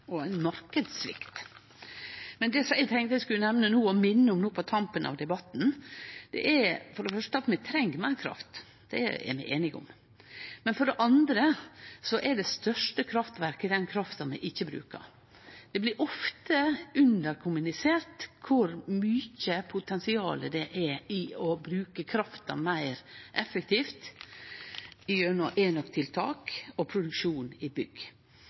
og ein marknadssvikt. Det eg tenkte eg skulle nemne no og minne om på tampen av debatten, er for det første at vi treng meir kraft. Det er vi einige om. Men for det andre er det største kraftverket den krafta vi ikkje brukar. Det blir ofte underkommunisert kor stort potensial det er i å bruke krafta meir effektivt gjennom enøk-tiltak og produksjon i bygg.